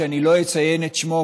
אני לא אציין את שמו,